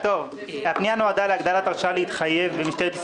כרגע אנחנו רוצים לתת הרשאה להתחייב,